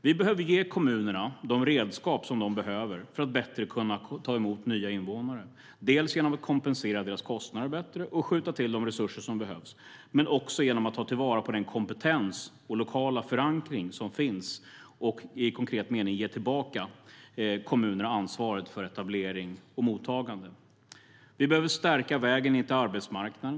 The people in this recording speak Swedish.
Vi behöver ge kommunerna de redskap som de behöver för att bättre kunna ta emot nya invånare. Det gör vi genom att kompensera deras kostnader bättre och skjuta till de resurser som behövs men också genom att ta vara på den kompetens och lokala förankring som finns och i konkret mening ge tillbaka kommunerna ansvaret för etablering och mottagande. Vi behöver stärka vägen in till arbetsmarknaden.